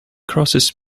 crosses